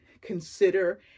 consider